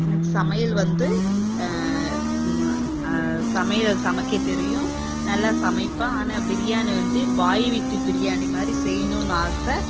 எனக்கு சமையல் வந்து சமையல் சமைக்க தெரியும் நல்லா சமைப்பேன் ஆனால் பிரியாணி வந்து பாய் வீட்டு பிரியாணி மாதிரி செய்யணுன்னு ஆசை